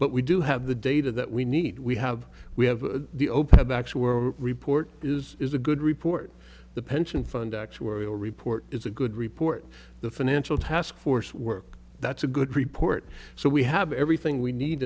but we do have the data that we need we have we have the open backs were report is is a good report the pension fund actuarial report is a good report the financial taskforce work that's a good report so we have everything we need